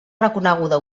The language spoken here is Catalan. reconeguda